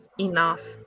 Enough